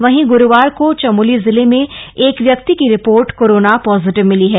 वहीं ग्रूवार को चमोली जिले में एक व्यक्ति की रिपोर्ट कोरोना पॉजिटिव मिली है